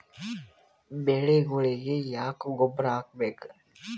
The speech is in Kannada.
ಬೆಳಿಗೊಳಿಗಿ ಯಾಕ ಗೊಬ್ಬರ ಹಾಕಬೇಕು?